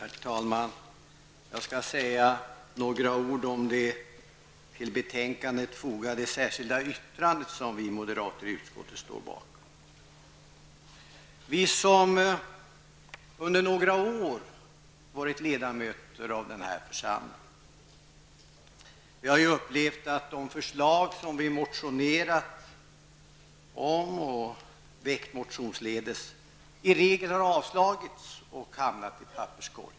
Herr talman! Jag skall säga några ord om det till betänkandet fogade särskilda yttrande som vi moderater i utskottet står bakom. Vi som under några år har varit ledamöter i den här församlingen har ju upplevt att de förslag som vi har motionerat om i regel har avslagits och hamnat i papperskorgen.